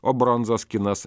o bronzos kinas